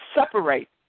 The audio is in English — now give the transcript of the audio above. Separate